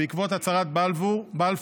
בעקבות הצהרת בלפור,